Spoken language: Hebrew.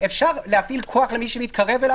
--- סליחה --- רגע, לא לדבר באמצע,